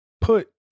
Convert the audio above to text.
put